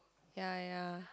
ya ya ya